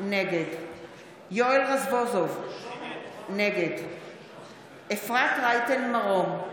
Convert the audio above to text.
נגד יואל רזבוזוב, נגד אפרת רייטן מרום,